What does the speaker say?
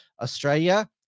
Australia